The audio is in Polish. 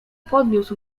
podniósł